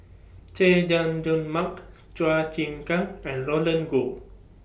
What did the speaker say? Chay Jung Jun Mark Chua Chim Kang and Roland Goh